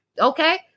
Okay